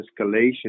escalation